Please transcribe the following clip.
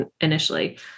initially